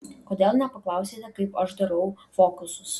kodėl nepaklausėte kaip aš darau fokusus